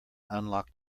unlocked